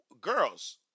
girls